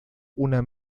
una